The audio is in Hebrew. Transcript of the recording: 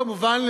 כמובן,